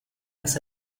las